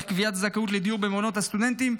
קביעת הזכאות לדיור במעונות הסטודנטים,